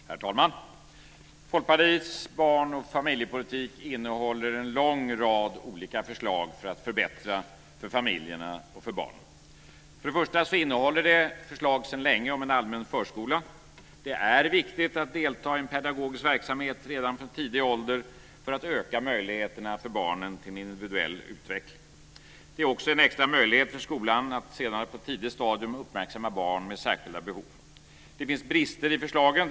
Herr talman! Folkpartiets barn och familjepolitik innehåller en lång rad olika förslag för att förbättra för familjerna och barnen. För det första innehåller det förslag sedan länge om en allmän förskola. Det är viktigt att delta i en pedagogisk verksamhet redan från tidig ålder för att öka möjligheterna för barnen till en individuell utveckling. Det är också en extra möjlighet för skolan senare att på tidigt stadium uppmärksamma barn med särskilda behov. Det finns brister i förslagen.